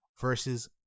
versus